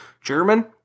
German